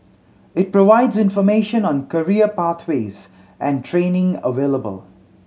it provides information on career pathways and training available